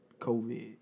COVID